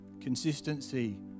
consistency